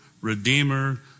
redeemer